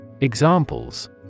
Examples